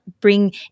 bring